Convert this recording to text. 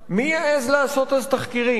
מי יעז לעשות אז תחקירים?